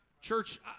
Church